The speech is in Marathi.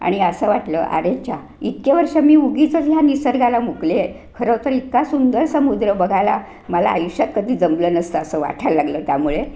आणि असं वाटलं अरेच्चा इतके वर्ष मी उगीचंच ह्या निसर्गाला मुकले आहे खरंतर इतका सुंदर समुद्र बघायला मला आयुष्यात कधी जमलं नसतं असं वाटायला लागलं त्यामुळे